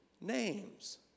names